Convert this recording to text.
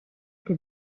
che